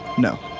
no.